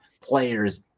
players